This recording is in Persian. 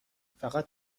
فقط